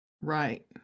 Right